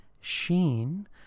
sheen